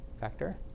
vector